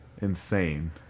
insane